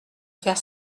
faire